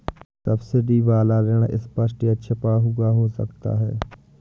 subsidy वाला ऋण स्पष्ट या छिपा हुआ हो सकता है